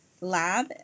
lab